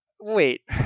wait